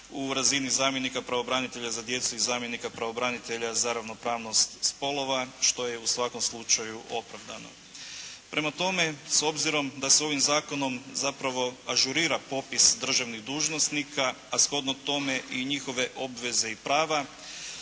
u razini zamjenika pravobranitelja za djecu i zamjenika pravobranitelja za ravnopravnost spolova što je u svakom slučaju opravdano. Prema tome s obzirom da se ovim zakonom zapravo ažurira popis državnih dužnosnika, a shodno tome i njihove obveze i prava